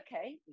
okay